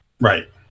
Right